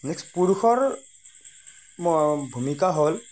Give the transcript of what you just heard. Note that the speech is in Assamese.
নেক্সট পুৰুষৰ ভূমিকা হ'ল